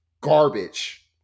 garbage